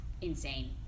insane